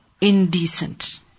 Indecent